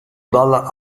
dalla